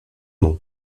nom